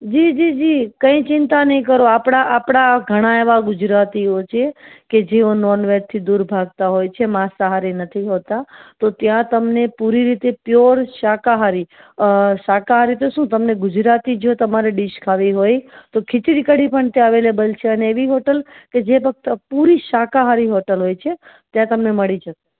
જી જી જી કઈ ચિંતા નહીં કરો આપણા આપણા ઘણાં એવાં ગુજરાતીઓ છે કે જેઓ નોનવેજથી દૂર ભાગતા હોય છે માંસાહારી નથી હોતા તો ત્યાં તમને પૂરી રીતે પ્યોર શાકાહારી શાકાહારી તો શું તમને ગુજરાતી જો તમારે ડીશ ખાવી હોય તો ખિચડી કઢી પણ અવેલેબલ છે અને એવી હોટલ કે જે ફક્ત પૂરી શાકાહારી હોટલ હોય છે ત્યાં તમને મળી જશે